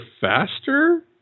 faster